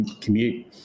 commute